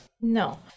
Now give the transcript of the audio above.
No